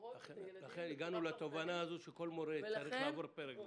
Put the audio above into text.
לכן הגענו לתובנה הזו שכל מורה צריך לעבור פרק.